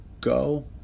Go